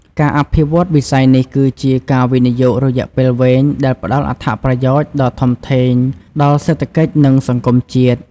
ការអភិវឌ្ឍន៍វិស័យនេះគឺជាការវិនិយោគរយៈពេលវែងដែលផ្តល់អត្ថប្រយោជន៍ដ៏ធំធេងដល់សេដ្ឋកិច្ចនិងសង្គមជាតិ។